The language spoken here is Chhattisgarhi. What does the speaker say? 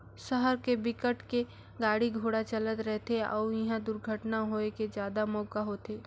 सहर के बिकट के गाड़ी घोड़ा चलत रथे अउ इहा दुरघटना होए के जादा मउका होथे